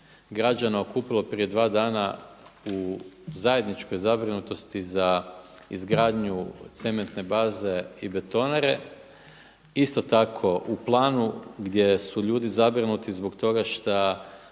građana okupilo prije 2 dana u zajedničkoj zabrinutosti za izgradnju cementne baze i betonare. Isto tako u Planu gdje su ljudi zabrinuti zbog toga šta